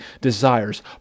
desires